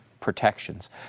protections